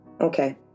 Okay